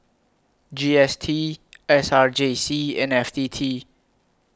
G S T S R J C and F T T